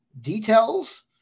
details